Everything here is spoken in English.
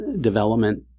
development